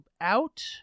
out